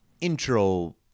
intro